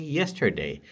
yesterday